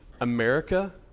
America